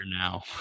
now